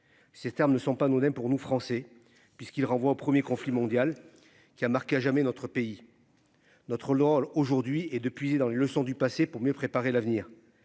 Ces termes ne sont pas anodins pour nous Français, puisqu'il renvoie au 1er conflit mondial qui a marqué à jamais notre pays. Notre rôle aujourd'hui est de puiser dans les leçons du passé pour mieux préparer l'avenir.